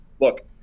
look